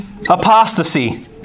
apostasy